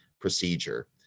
procedure